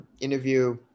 interview